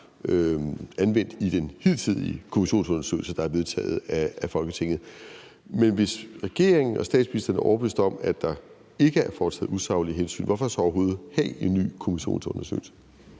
anvendt i den hidtidige kommissionsundersøgelse, der er vedtaget af Folketinget. Men hvis regeringen og statsministeren er overbevist om, at der ikke er foretaget usaglige hensyn, hvorfor så overhovedet have en ny kommissionsundersøgelse?